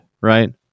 right